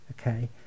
okay